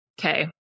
Okay